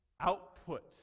Output